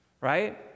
Right